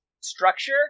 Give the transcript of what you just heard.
structure